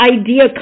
idea